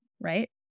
right